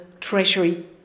Treasury